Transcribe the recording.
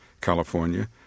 California